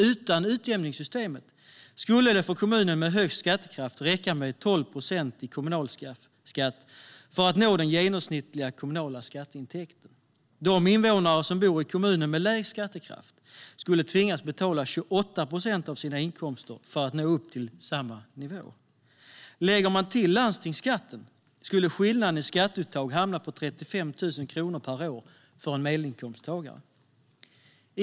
Utan utjämningssystemet skulle det för kommuner med högst skattekraft räcka med 12 procent i kommunalskatt för att nå den genomsnittliga kommunala skatteintäkten. De invånare som bor i kommuner med lägst skattekraft skulle tvingas betala 28 procent av sina inkomster för att nå upp till samma nivå. Lägger man till landstingsskatten, skulle skillnaden i skatteuttag hamna på 35 000 kronor per år för en medelinkomsttagare.